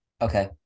Okay